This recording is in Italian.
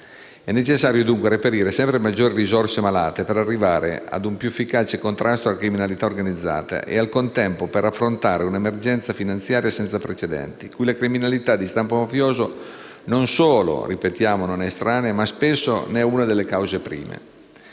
È necessario dunque reperire sempre maggiori risorse malate per arrivare ad un più efficace contrasto alla criminalità organizzata ed al contempo per affrontare un'emergenza finanziaria senza precedenti cui la criminalità di stampo mafioso non solo - ripetiamo - non è estranea ma di cui spesso è una delle cause prime.